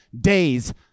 days